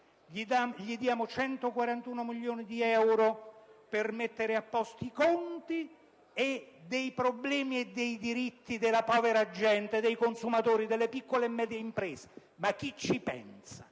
diamo 141 milioni di euro per mettere a posto i conti, ma chi pensa ai problemi e ai diritti della povera gente, dei consumatori, delle piccole e medie imprese? Quindi, noi